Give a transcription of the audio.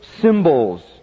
symbols